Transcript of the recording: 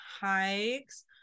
hikes